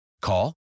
Call